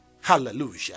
Hallelujah